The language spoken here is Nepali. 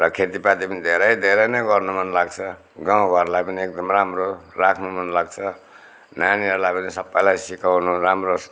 र खेतीपाती पनि धेरै धेरै नै गर्नु मनलाग्छ गाउँ घरलाई पनि एकदम राम्रो राख्नु मनलाग्छ नानीहरूलाई पनि सबैलाई सिकाउनु राम्रो